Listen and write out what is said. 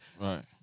Right